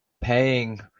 paying